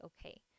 okay